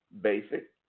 Basic